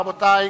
רבותי,